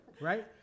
right